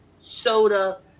soda